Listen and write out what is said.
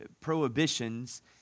prohibitions